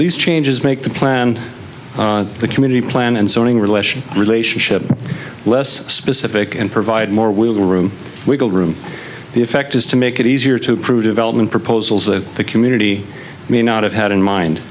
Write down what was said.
these changes make the plan the community plan and sorting relation relationship less specific and provide more will the room we call room the effect is to make it easier to prove development proposals that the community may not have had in mind